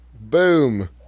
Boom